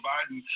Biden